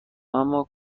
اما